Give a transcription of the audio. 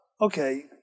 Okay